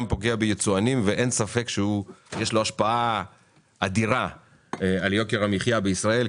פוגע ביצואנים ואין ספק שיש לו השפעה אדירה על יוקר המחיה בישראל,